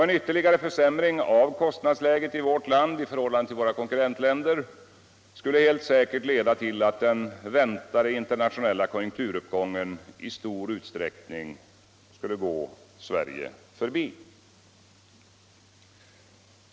En ytterligare försämring av kostnadsläget i vårt land i förhållande till våra konkurrentländer skulle helt säkert leda till att den väntade internationella konjunkturuppgången i stor utsträckning gick Sverige förbi.